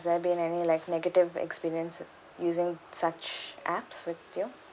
there been any like negative experience using such apps with you